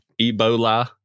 Ebola